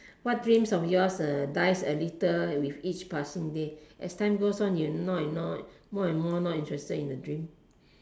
what dreams of yours uh dies a little with each passing day as time goes on you more and more you more and more not interested in the dream